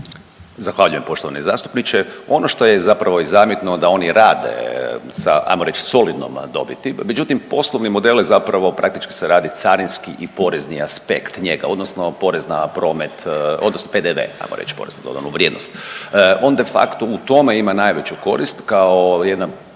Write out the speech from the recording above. Zahvaljujem poštovani zastupniče. Ono što je zapravo i zamjetno da oni rade sa ajmo reć solidnom dobiti, međutim poslovne modele praktički se radi carinski i porezni aspekt njega odnosno porezna promet odnosno PDV ajmo reć porez na dodanu vrijednost. On de facto u tome ima najveću korist kao jedna